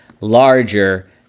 larger